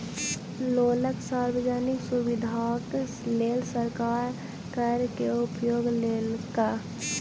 लोकक सार्वजनिक सुविधाक लेल सरकार कर के उपयोग केलक